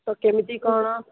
ତ କେମିତି କ'ଣ